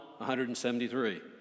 173